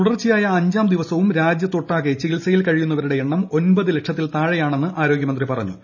തുടർച്ചയായ അഞ്ചാം ദിവസവും രാജ്യത്തൊട്ടാകെ ചികിത്സയിൽ കഴിയുന്നവരുടെ എണ്ണം ഒൻപത് ലക്ഷത്തിൽ താഴെയാണെന്ന് ആരോഗ്യമന്ത്രി പറഞ്ഞു